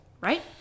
right